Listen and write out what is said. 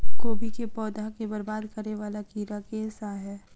कोबी केँ पौधा केँ बरबाद करे वला कीड़ा केँ सा है?